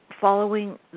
following